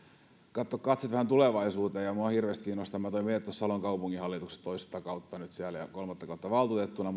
katsoa vähän tulevaisuuteen minua hirveästi kiinnostavat toimin itse salon kaupunginhallituksessa nyt toista kautta ja kolmatta kautta valtuutettuna